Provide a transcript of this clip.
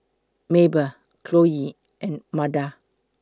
Mabel Chloie and Meda